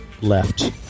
Left